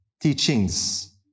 teachings